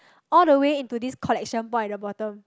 all the way into this collection pot at the bottom